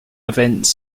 events